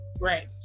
right